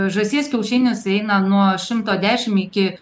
žąsies kiaušinis eina nuo šimto dešim iki